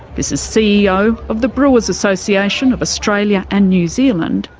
this is ceo of the brewers association of australia and new zealand,